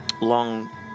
long